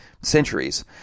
centuries